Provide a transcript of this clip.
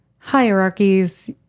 hierarchies